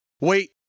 wait